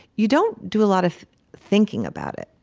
you don't do a lot of thinking about it.